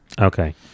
Okay